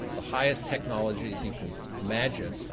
the highest technologies you can imagine,